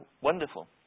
wonderful